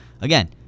again